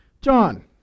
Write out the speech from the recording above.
John